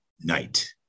night